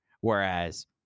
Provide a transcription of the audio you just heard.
whereas